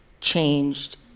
changed